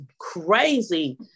crazy